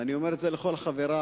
ואני אומר את זה לכל חברי.